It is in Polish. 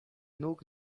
nóg